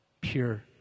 pure